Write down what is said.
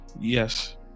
yes